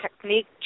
technique